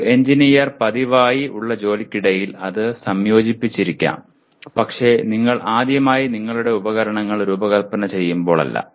ഒരു എഞ്ചിനീയർ പതിവായി ഉള്ള ജോലിക്കിടയിൽ അത് സംയോജിപ്പിച്ചിരിക്കാം പക്ഷേ നിങ്ങൾ ആദ്യമായി നിങ്ങളുടെ ഉപകരണങ്ങൾ രൂപകൽപ്പന ചെയ്യുമ്പോൾ അല്ല